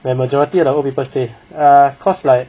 where majority of the old people stay err cause like